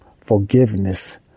forgiveness